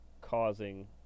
causing